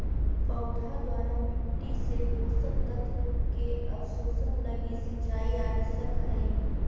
पौधा द्वारा मिट्टी से पोषक तत्व के अवशोषण लगी सिंचाई आवश्यक हइ